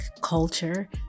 culture